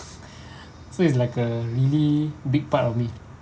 so it's like a really big part of me